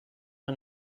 and